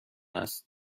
است